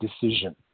decision